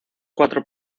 cuatro